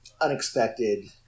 unexpected